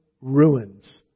ruins